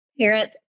parents